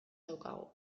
daukagu